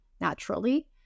naturally